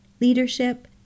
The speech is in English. leadership